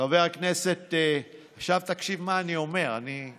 חבר הכנסת, עכשיו תקשיב למה שאני אומר: אני,